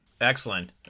Excellent